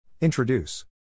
Introduce